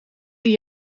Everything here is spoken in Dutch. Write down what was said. die